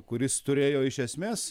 kuris turėjo iš esmes